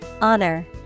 Honor